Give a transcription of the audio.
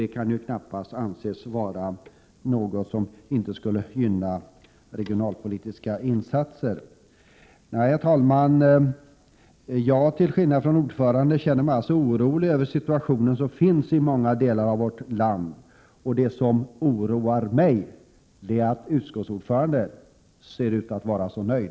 Det kan knappast anses gynna regionalpolitiska insatser. Herr talman! Till skillnad från ordföranden känner jag mig orolig över den 31 situation som råder i många delar av vårt land, och det som oroar mig är att utskottets ordförande ser ut att vara så nöjd.